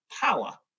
power